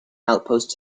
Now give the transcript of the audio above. outpost